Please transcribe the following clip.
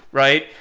right?